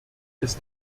ist